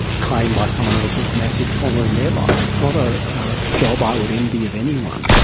claim by someone else of massive trauma in their life. it's not a job i would envy of anyone.